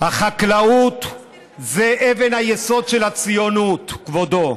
החקלאות זה אבן היסוד של הציונות, כבודו,